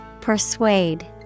Persuade